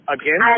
again